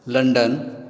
London